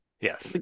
Yes